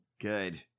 Good